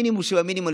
מינימום של המינימום,